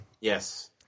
yes